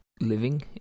living